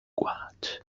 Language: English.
watch